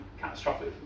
catastrophic